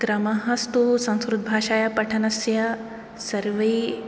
क्रमस्तु संस्कृतभाषायाः पठनस्य सर्वे